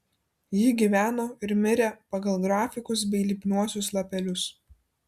ji gyveno ir mirė pagal grafikus bei lipniuosius lapelius